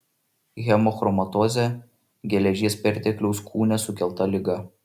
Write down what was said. hemochromatozė geležies pertekliaus kūne sukelta liga